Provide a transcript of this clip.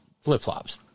flip-flops